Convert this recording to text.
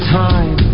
time